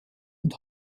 und